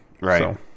right